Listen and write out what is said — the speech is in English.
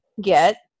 get